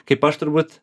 kaip aš turbūt